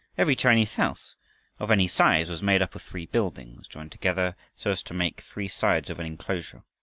every chinese house of any size was made up of three buildings joined together so as to make three sides of an enclosure.